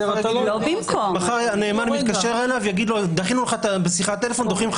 נאמן מתקשר ויאמר לו בשיחת טלפון שדוחים לו